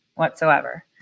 whatsoever